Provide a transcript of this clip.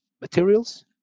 materials